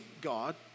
God